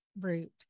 route